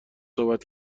صحبت